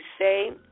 say